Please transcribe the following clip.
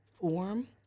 form